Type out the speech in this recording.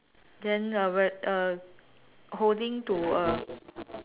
then uh w~ uh holding to a